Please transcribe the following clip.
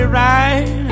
right